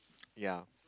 yea